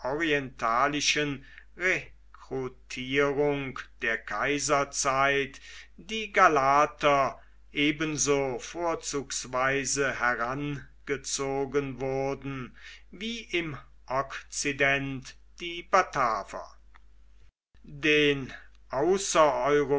orientalischen rekrutierung der kaiserzeit die galater ebenso vorzugsweise herangezogen wurden wie im okzident die bataver den